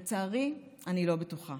לצערי, אני לא בטוחה.